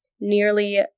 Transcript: nearly